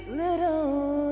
little